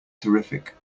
terrific